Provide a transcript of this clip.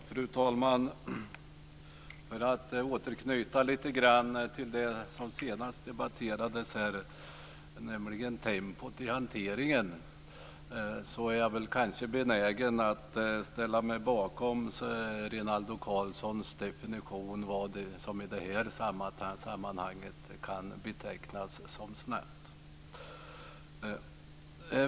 Fru talman! För att återknyta lite grann till det som senast debatterades här, tempot i hanteringen, är jag benägen att ställa mig bakom Rinaldo Karlssons definition av vad som kan i det här sammanhanget betecknas som snabbt.